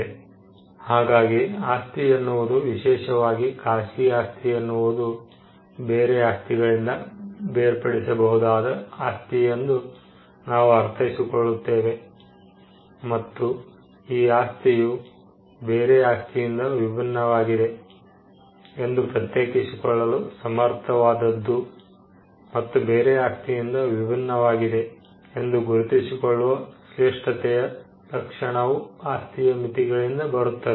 Refer Time 0135 ಹಾಗಾಗಿ ಆಸ್ತಿ ಎನ್ನುವುದು ವಿಶೇಷವಾಗಿ ಖಾಸಗಿ ಆಸ್ತಿ ಎನ್ನುವುದು ಬೇರೆ ಆಸ್ತಿಗಳಿಂದ ಬೇರ್ಪಡಿಸಬಹುದಾದ ಆಸ್ತಿಯೆಂದು ನಾವು ಅರ್ಥೈಸಿಕೊಳ್ಳುತ್ತೇವೆ ಮತ್ತು ಈ ಆಸ್ತಿಯು ಬೇರೆ ಆಸ್ತಿಯಿಂದ ವಿಭಿನ್ನವಾಗಿದೆ ಎಂದು ಪ್ರತ್ಯೇಕಿಸಿಕೊಳ್ಳಲು ಸಮರ್ಥವಾದದ್ದು ಮತ್ತು ಬೇರೆ ಆಸ್ತಿಯಿಂದ ವಿಭಿನ್ನವಾಗಿದೆ ಎಂದು ಗುರುತಿಸಿಕೊಳ್ಳುವ ಶ್ರೇಷ್ಠತೆಯ ಲಕ್ಷಣವು ಆಸ್ತಿಯ ಮಿತಿಗಳಿಂದ ಬರುತ್ತದೆ